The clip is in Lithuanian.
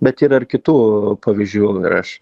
bet yra ir kitų pavyzdžių ir aš